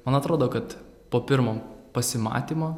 man atrodo kad po pirmo pasimatymo